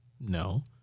No